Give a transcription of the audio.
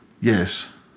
Yes